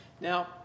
Now